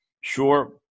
Sure